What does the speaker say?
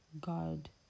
God